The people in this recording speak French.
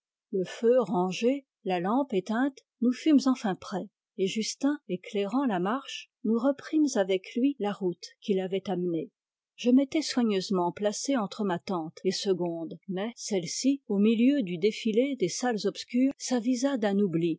le feu rangé la lampe éteinte nous fûmes enfin prêts et justin éclairant la marche nous reprîmes avec lui la route qui l'avait amené je m'étais soigneusement placé entre ma tante et segonde mais celleci au milieu du défilé des salles obscures s'avisa d'un oubli